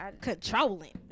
Controlling